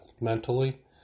mentally